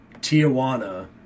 Tijuana